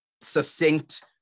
succinct